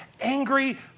angry